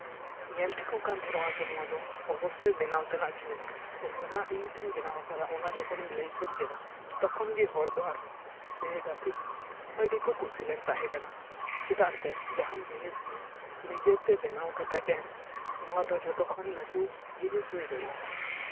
ᱧᱮᱞ ᱴᱷᱤᱠᱚᱜ ᱠᱟᱱ ᱛᱟᱦᱮᱸᱜ ᱱᱚᱜᱼᱚᱭ ᱡᱮ ᱱᱚᱣᱟ ᱫᱚ ᱚᱵᱚᱥᱥᱳᱭ ᱵᱮᱱᱟᱣ ᱛᱮᱱᱟᱜ ᱡᱤᱱᱤᱥ ᱠᱟᱱᱟ ᱚᱱᱟ ᱤᱧ ᱛᱤᱧ ᱵᱮᱱᱟᱣ ᱠᱟᱫᱟ ᱚᱱᱟ ᱡᱚᱠᱷᱚᱱᱤᱧ ᱞᱟᱹᱭ ᱥᱟᱹᱨᱤ ᱠᱮᱫᱟ ᱛᱚᱠᱷᱚᱱ ᱜᱮ ᱦᱚᱲ ᱫᱚ ᱟᱨᱦᱚᱸ ᱥᱮ ᱜᱟᱛᱮ ᱠᱚ ᱟᱹᱰᱤ ᱠᱚ ᱠᱩᱥᱤ ᱞᱮᱱ ᱛᱟᱦᱮᱸ ᱠᱟᱱᱟ ᱪᱮᱫᱟᱜ ᱥᱮ ᱡᱟᱦᱟᱱ ᱡᱤᱱᱤᱥ ᱜᱮ ᱱᱤᱡᱮᱛᱮ ᱵᱮᱱᱟᱣ ᱠᱟᱛᱮᱜ ᱮᱢ ᱱᱚᱣᱟ ᱫᱚ ᱡᱚᱛᱚᱠᱷᱚᱱ ᱞᱟᱹᱴᱩ ᱡᱤᱱᱤᱥ ᱦᱩᱭ ᱫᱟᱲᱮᱭᱟᱜᱼᱟ